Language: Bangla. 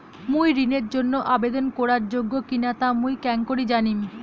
মুই ঋণের জন্য আবেদন করার যোগ্য কিনা তা মুই কেঙকরি জানিম?